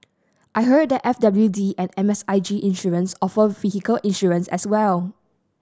I heard that F W D and M S I G Insurance offer vehicle insurance as well